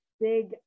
big